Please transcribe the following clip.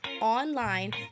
online